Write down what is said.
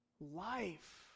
Life